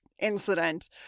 Incident